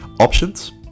options